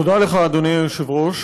תודה לך, אדוני היושב-ראש.